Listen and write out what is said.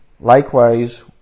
Likewise